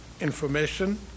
information